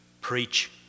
preach